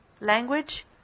language